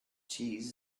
cheese